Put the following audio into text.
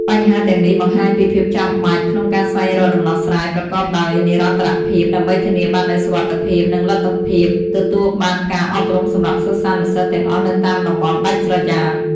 បញ្ហាទាំងនេះបង្ហាញពីភាពចាំបាច់ក្នុងការស្វែងរកដំណោះស្រាយប្រកបដោយនិរន្តរភាព ដើម្បីធានាបាននូវសុវត្ថិភាព និងលទ្ធភាពទទួលបានការអប់រំសម្រាប់សិស្សានុសិស្សទាំងអស់នៅតាមតំបន់ដាច់ស្រយាល។